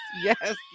yes